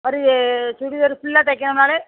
ஒரு சுடிதார் ஃபுல்லாக தைக்கணும்னாலே